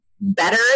better